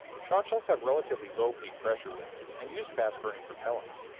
shotshells have relatively low peak pressure limits, and use fast-burning propellants,